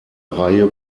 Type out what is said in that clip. reihe